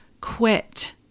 quit